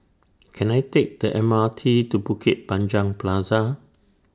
Can I Take The M R T to Bukit Panjang Plaza